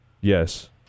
Yes